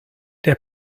der